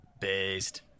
Based